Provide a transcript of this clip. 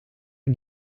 een